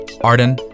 Arden